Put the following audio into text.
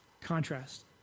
Contrast